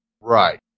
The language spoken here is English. Right